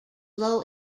low